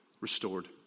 Restored